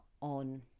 on